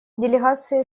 делегации